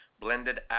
Blended